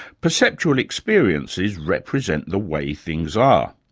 perceptual experiences represent the way things are.